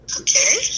Okay